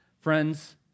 Friends